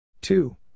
two